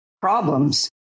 problems